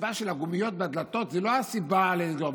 הסיבה של הגומיות בדלתות היא לא הסיבה לסגור.